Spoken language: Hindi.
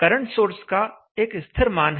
करंट सोर्स का एक स्थिर मान है